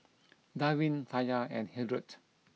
Darvin Taya and Hildred